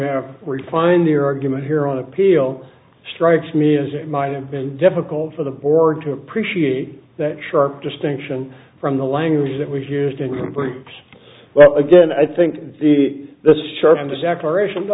have refined your argument here on appeal strikes me is it might have been difficult for the board to appreciate that sharp distinction from the language that was used and well again i think the th